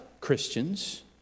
Christians